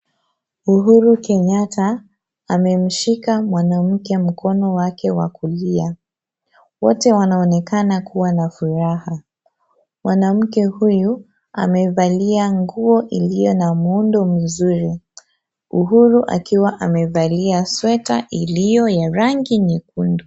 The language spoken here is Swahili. Uhuru Kenyatta amemshika mwanamke mkono wake wa kulia. Wote wanaonekana kuwa na furaha. Mwanamke huyu amevalia nguo iloyo na miundo mzuri. Uhuru akiwa amevalia sweta iliyo ya rangi nyekundu.